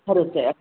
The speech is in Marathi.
खरंच आहे